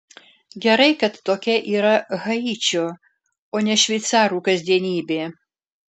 gerai kad tokia yra haičio o ne šveicarų kasdienybė